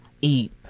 Eat